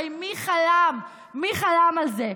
הרי מי חלם על זה?